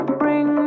bring